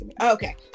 okay